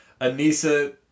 Anissa